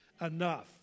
Enough